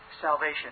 salvation